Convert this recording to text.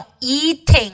eating